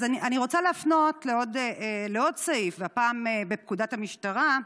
אני רוצה להפנות לעוד סעיף, והפעם בפקודת המשטרה.